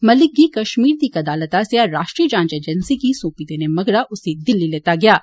मलिक गी कश्मीर दी इक अदालत आस्सेआ राष्ट्रीय जांच अजेन्सी गी सोपी देने मगरा उसी दिल्ली लैता गेआ हा